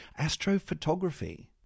astrophotography